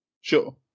Sure